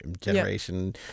generation